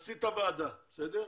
תכנסי את הוועדה, בסדר?